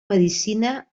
medicina